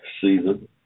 season